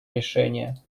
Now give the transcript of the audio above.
решения